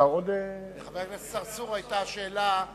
לחבר הכנסת צרצור היתה שאלה,